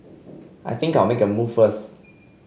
I think I'll make move first